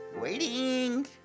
waiting